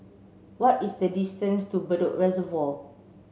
what is the distance to Bedok Reservoir